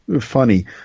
funny